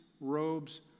robes